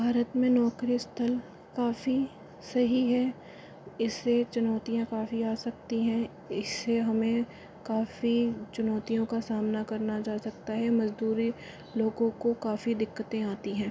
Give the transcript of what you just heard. भारत में नौकरी स्थल काफ़ी सही है इससे चुनौतियाँ काफ़ी आ सकती हैं इससे हमें काफ़ी चुनौतियों का सामना करना जा सकता है मजदूरी लोगों को काफ़ी दिक्कतें होती हैं